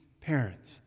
parents